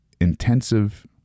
Intensive